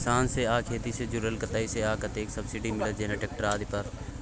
किसान से आ खेती से जुरल कतय से आ कतेक सबसिडी मिलत, जेना ट्रैक्टर आदि पर?